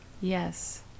Yes